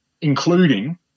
including